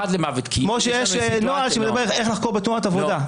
כמו שיש נוהל שמדבר על איך לחקור בתאונת עבודה.